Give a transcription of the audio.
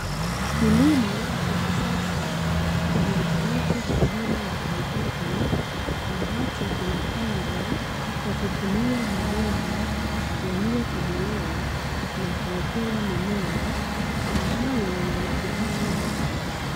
Kilimo cha kisasa kijulikanacho kwa jina la haidroponi ambacho kinapandwa kwa kutumia mabomba yaliyotobolewa na kuwekewa mimea, ambayo yanapitisha maji.